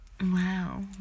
Wow